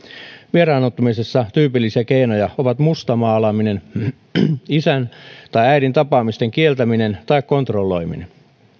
vieraannuttamisessa tyypillisiä keinoja ovat mustamaalaaminen isän tai äidin tapaamisten kieltäminen tai kontrolloiminen